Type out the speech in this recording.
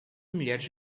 mulheres